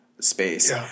space